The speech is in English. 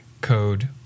code